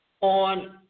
on